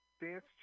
dance